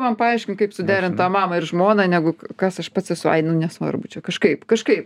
man paaiškink kaip suderint tą mamą ir žmoną negu kas aš pats esu ai nu nesvarbu čia kažkaip kažkaip